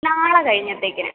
നാളെ കഴിഞ്ഞത്തേക്കിന്